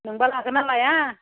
नोंबा लागोन ना लाया